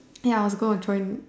ya I was gonna join